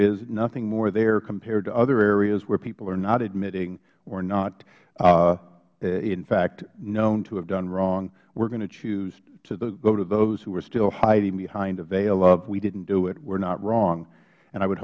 is nothing more there compared to other areas where people are not admitting or not in fact known to have done wrong we are going to choose to go to those who are still hiding behind a veil of we didn't do it we are not wrong and i would